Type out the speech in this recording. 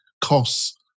costs